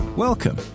Welcome